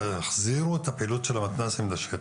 תחזירו את פעילות המתנ"סים לשטח.